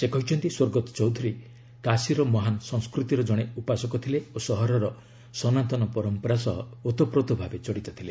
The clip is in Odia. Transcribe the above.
ସେ କହିଛନ୍ତି ସ୍ୱର୍ଗତ ଚୌଧୁରୀ କାଶୀର ମହାନ ସଂସ୍କୃତିର ଜଣେ ଉପାସକ ଥିଲେ ଓ ସହରର ସନାତନ ପରମ୍ପରା ସହ ଓତପ୍ରୋତ ଭାବେ ଜଡ଼ିତ ଥିଲେ